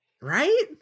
right